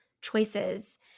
choices